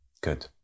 Good